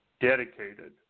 dedicated